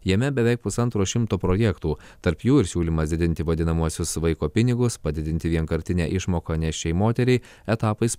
jame beveik pusantro šimto projektų tarp jų ir siūlymas didinti vadinamuosius vaiko pinigus padidinti vienkartinę išmoką nėščiai moteriai etapais